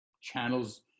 channels